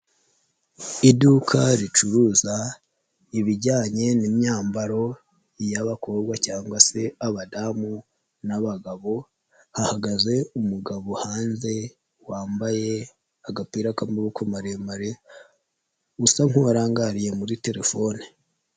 Iduka ricuruza ibijyanye n'imyambaro y'abakobwa cyangwa se abadamu n'abagabo, hahagaze umugabo hanze wambaye agapira k'amaboko maremare usa nk'uwarangariye muri telefone.